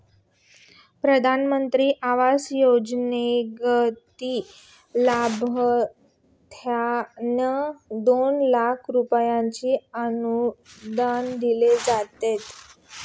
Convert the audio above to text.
प्रधानमंत्री आवास योजनेंतर्गत लाभार्थ्यांना दोन लाख रुपयांचे अनुदान दिले जाते